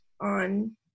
on